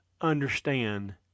understand